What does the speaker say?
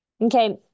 Okay